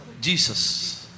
Jesus